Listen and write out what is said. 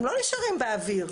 הם לא נשארים באוויר,